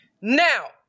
Now